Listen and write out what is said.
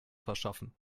verschaffen